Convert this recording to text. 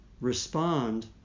respond